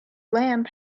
lamp